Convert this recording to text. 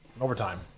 overtime